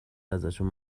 ازشون